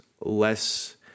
less